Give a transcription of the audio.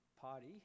party